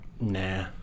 nah